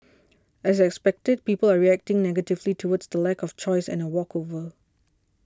as expected people are reacting negatively towards the lack of choice and a walkover